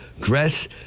dress